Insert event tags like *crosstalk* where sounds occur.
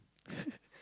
*laughs*